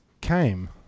came